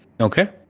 Okay